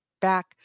back